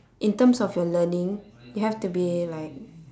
in terms of your learning you have to be like